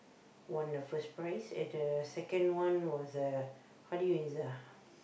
won the first prize and the second one was uh Hady-Mirza